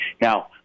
Now